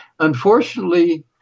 Unfortunately